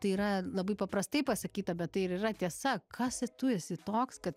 tai yra labai paprastai pasakyta bet tai ir yra tiesa kas tu esi toks kad